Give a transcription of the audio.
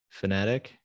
Fnatic